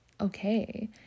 okay